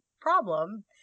problem